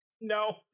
No